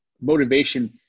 motivation